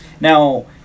Now